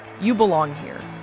you belong here.